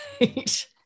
right